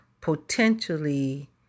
potentially